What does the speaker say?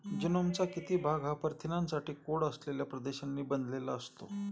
जीनोमचा किती भाग हा प्रथिनांसाठी कोड असलेल्या प्रदेशांनी बनलेला असतो?